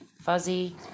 fuzzy